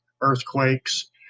earthquakes